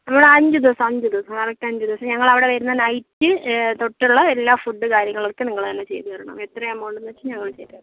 നമ്മൾ അഞ്ച് ദിവസം അഞ്ച് ദിവസം കറക്റ്റ് അഞ്ച് ദിവസം ഞങ്ങൾ അവിടെ വരുന്ന നൈറ്റ് തൊട്ടുള്ള എല്ലാ ഫുഡ്ഡ് കാര്യങ്ങൾ ഒക്കെ നിങ്ങൾ തന്നെ ചെയ്ത് തരണം എത്രയാണ് എമൗണ്ടെന്ന് വെച്ചാൽ ഞങ്ങൾ ചെയ്ത് തരാം